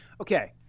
Okay